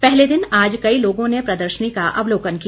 पहले दिन आज कई लोगों ने प्रदर्शनी का अवलोकन किया